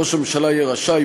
ראש הממשלה יהיה רשאי,